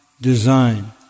design